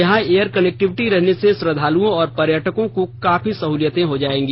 यहां air connectivity रहने से श्रद्वालुओं और पर्यटकों को काफी सहुलियत हो जाएगी